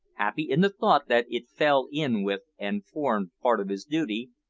happy in the thought that it fell in with and formed part of his duty,